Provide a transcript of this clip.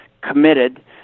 committed